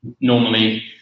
normally